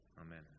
Amen